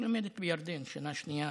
שלומדת בירדן שנה שנייה